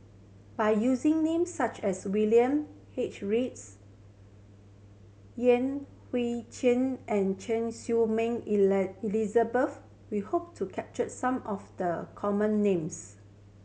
by using names such as William H Reads Yan Hui Chang and Choy Su Moi Elizabeth we hope to capture some of the common names